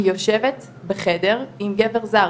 היא יושבת בחדר עם גבר זר,